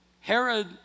Herod